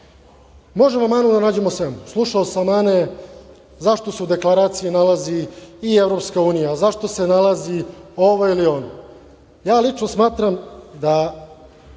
toga. Možemo manu da nađemo svemu. Slušao sam mane zašto se u deklaraciji nalazi i Evropska unija, zašto se nalazi ovo ili ono. Ja lično smatram da